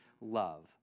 love